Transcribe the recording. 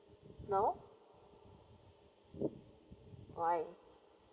now why